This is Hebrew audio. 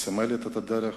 מסמלת את הדרך